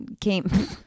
Came